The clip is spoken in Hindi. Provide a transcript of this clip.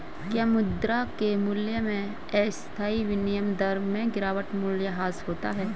क्या मुद्रा के मूल्य में अस्थायी विनिमय दर में गिरावट मूल्यह्रास होता है?